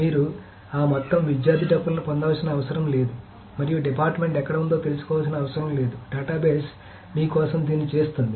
మీరు ఆ మొత్తం విద్యార్థి టపుల్ను పొందాల్సిన అవసరం లేదు మరియు డిపార్ట్మెంట్ ఎక్కడ ఉందో తెలుసుకోవాల్సిన అవసరం లేదు డేటాబేస్ మీ కోసం దీన్ని చేస్తుంది